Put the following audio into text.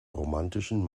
romantischen